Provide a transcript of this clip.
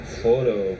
photo